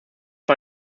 für